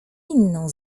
inną